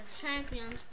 Champions